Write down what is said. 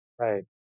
right